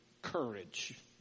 Courage